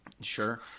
Sure